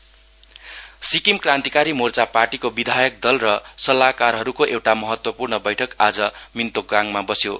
SKM Sikkim Krantikari Morcha पार्टीको विधायक दल र सल्लाहकारहरूको एउटा महत्वपूर्ण बैठक आज मिन्तोकगाङमा बस्यो